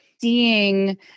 seeing